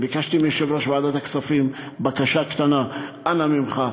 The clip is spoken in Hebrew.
וביקשתי מיושב-ראש ועדת הכספים בקשה קטנה: אנא ממך,